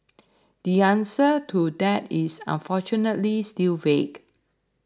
the answer to that is unfortunately still vague